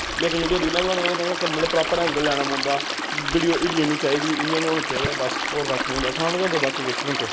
लेकिन जेह्कियां असें रीलां बनानियां ओह्दा मतलब प्रॉपर ऐंगल लैना पौंदा वीडियो हिल्लनी निं चाहिदी इ'यां निं होना चाहिदा बस होर कक्ख निं होंदा आसान गै होंदा बाकी किश निं होंदा